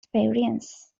experience